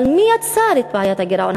אבל מי יצר את בעיית הגירעון?